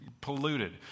polluted